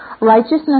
Righteousness